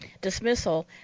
dismissal